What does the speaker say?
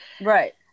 Right